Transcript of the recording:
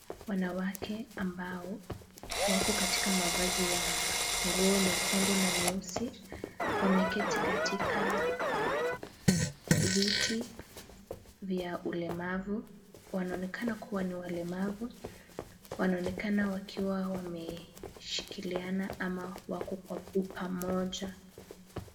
Wanawake ambao wako katika mavazi ya nguo nyekundu na nyeusi, wameketi katika viti vya ulemavu, wanaonekana kuwa ni walemavu. Wanaonekana wakiwa wameshikiliana ama wako kwa upamoja.